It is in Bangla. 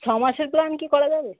ছ মাসের প্ল্যান কি করা যাবে